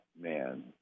man